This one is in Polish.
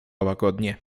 łagodnie